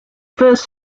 first